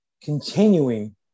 continuing